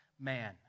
man